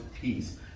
peace